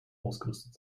ausgerüstet